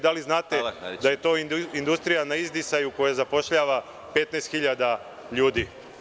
Da li znate da je to industrija na izdisaju, koja zapošljava 15 hiljada ljudi?